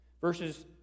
Verses